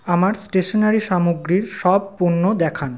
আমায় স্টেশনারি সামগ্রীর সব পণ্য দেখান